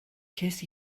ces